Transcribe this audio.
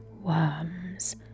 Worms